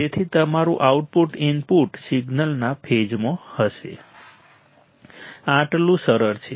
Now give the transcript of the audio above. તેથી તમારું output input સિગ્નલના ફેઝમાં હશે આટલું સરળ છે